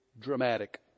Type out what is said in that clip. dramatic